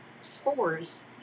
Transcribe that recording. spores